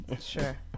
Sure